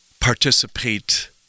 participate